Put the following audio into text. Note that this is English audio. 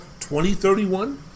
2031